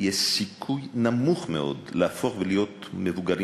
יש סיכוי נמוך מאוד להפוך ולהיות מבוגרים